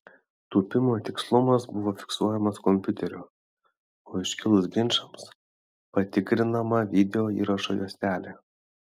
tūpimo tikslumas buvo fiksuojamas kompiuterio o iškilus ginčams patikrinama video įrašo juostelė